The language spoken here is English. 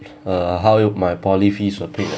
uh how would my poly fees were paid